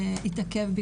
התעכב,